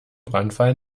brandfall